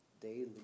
daily